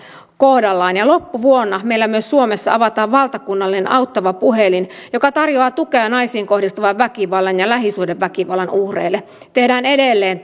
kohdallaan ja loppuvuonna meillä myös suomessa avataan valtakunnallinen auttava puhelin joka tarjoaa tukea naisiin kohdistuvan väkivallan ja lähisuhdeväkivallan uhreille tehdään edelleen